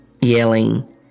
yelling